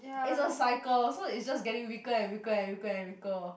it's a cycle so it's just getting weaker and weaker and weaker and weaker